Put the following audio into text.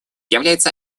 является